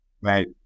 Right